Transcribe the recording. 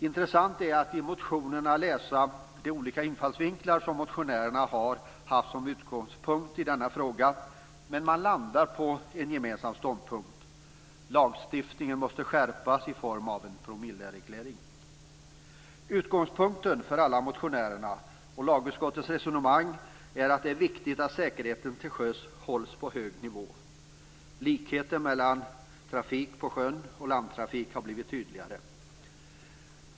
Intressant är att i motionerna läsa de olika infallsvinklar som motionärerna har haft som utgångspunkt i denna fråga men att de landat på en gemensam ståndpunkt: lagstiftningen måste skärpas i form av en promillereglering. Utgångspunkten för alla motionärer och lagutskottets resonemang är att det är viktigt att säkerheten till sjöss hålls på en hög nivå. Likheten mellan trafik på sjön och landtrafik har blivit tydligare.